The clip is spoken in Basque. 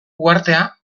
uhartea